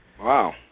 Wow